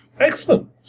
Excellent